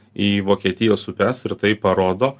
į vokietijos upes ir tai parodo